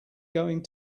going